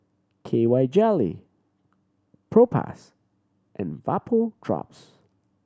K Y Jelly Propass and Vapodrops